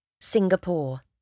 Singapore